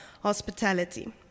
hospitality